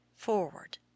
forward